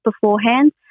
beforehand